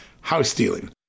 house-stealing